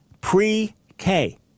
pre-k